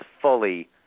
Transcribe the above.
fully